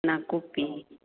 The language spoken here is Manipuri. ꯅꯥꯛꯀꯨꯞꯄꯤ